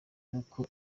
y’uko